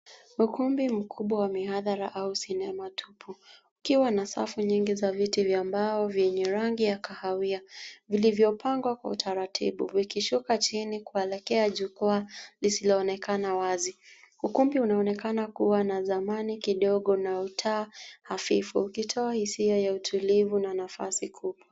Ukumbi mkubwa wa mihadhara au sinema tupu, ukiwa na safu nyingi za viti vya mbao vyenye rangi ya kahawia, vilivyopangwa kwa utaratibu vikishuka chini kuelekea jukwaa lisiloonekana wazi. Ukumbi unaonekana kuwa na zamani kidogo na utaa hafifu ukitoa hisia ya utulivu na nafasi kuu.